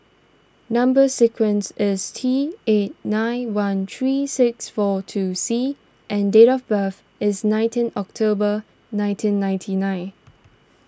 Number Sequence is T eight nine one three six four two C and date of birth is nineteen October nineteen ninety nine